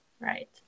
right